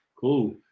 Cool